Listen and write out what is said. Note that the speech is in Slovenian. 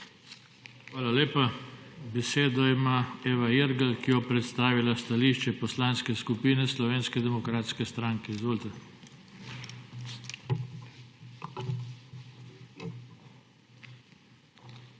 Hvala lepa. Besedo ima Eva Irgl, ki bo predstavila stališče Poslanske skupine Slovenske demokratske stranke. Izvolite. EVA IRGL